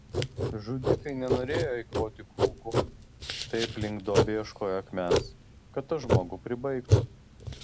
žudikai nenorėjo eikvoti kulkų tai aplink duobę ieškojo akmens kad tą žmogų pribaigtų